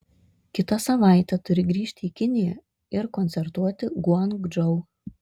kitą savaitę turi grįžti į kiniją ir koncertuoti guangdžou